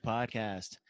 Podcast